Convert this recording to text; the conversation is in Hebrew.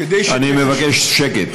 כדי, אני מבקש שקט.